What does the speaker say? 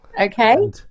okay